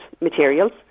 materials